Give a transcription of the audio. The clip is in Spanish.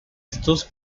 estos